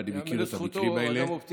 ואני מכיר את המקרים האלה.